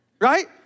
Right